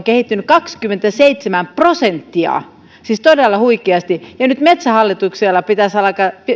kehittynyt kaksikymmentäseitsemän prosenttia siis todella huikeasti nyt metsähallituksen pitäisi alkaa